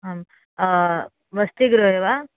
आं वसतिगृहे वा